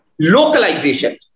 localization